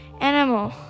animal